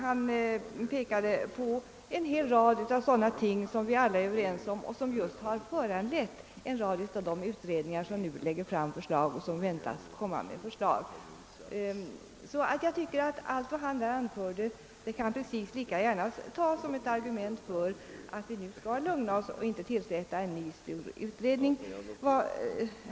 Han pekade på en hel del sådana ting som vi alla är överens om och som just har föranleit en rad av de utredningar som nu har lagt fram förslag eller som väntas komma med sina förslag inom kort. Mycket av det som han anförde kan alltså lika gärna åberopas som argument för att vi bör lugna ner oss och inte tillsätta en ny utredning.